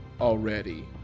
already